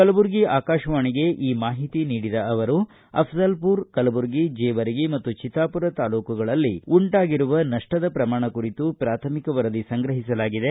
ಕಲಬುರಗಿ ಆಕಾಶವಾಣಿಗೆ ಈ ಮಾಹಿತಿ ನೀಡಿದ ಅವರು ಅಫಜಲಪುರ ಕಲಬುರಗಿ ಜೇವರ್ಗಿ ಮತ್ತು ಚಿತಾಮರ ತಾಲ್ಲೂಕುಗಳಲ್ಲಿ ಉಂಟಾಗಿರುವ ನಷ್ಟದ ಪ್ರಮಾಣ ಕುರಿತು ಪ್ರಾಥಮಿಕ ವರದಿ ಸಂಗ್ರಹಿಸಲಾಗಿದೆ